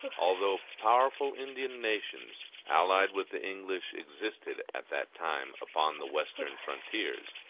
although powerful indian nations allied with the english existed at that time upon the western frontiers,